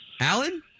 Alan